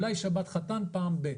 אולי עושים שבת חתן פעם ב...